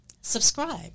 subscribe